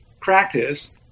practice